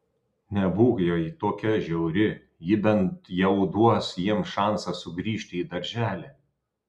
nebūk jai tokia žiauri ji bent jau duos jiems šansą sugrįžti į darželį